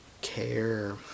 care